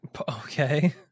Okay